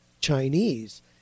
Chinese